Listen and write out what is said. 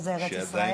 פה זה ארץ ישראל.